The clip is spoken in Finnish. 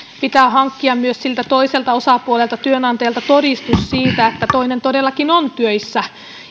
pitää hankkia myös siltä toiselta osapuolelta työnantajalta todistus siitä että toinen todellakin on töissä